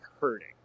hurting